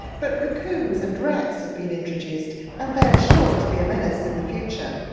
but raccoons and rats have been introduced and they are sure to be a menace in the future.